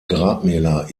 grabmäler